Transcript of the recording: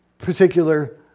particular